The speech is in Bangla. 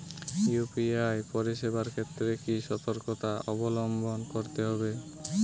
ইউ.পি.আই পরিসেবার ক্ষেত্রে কি সতর্কতা অবলম্বন করতে হবে?